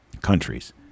countries